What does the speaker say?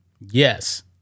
Yes